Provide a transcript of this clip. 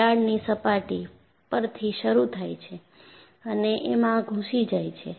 તિરાડની સપાટી પરથી શરૂ થાય છે અને એમાં ઘૂસી જાય છે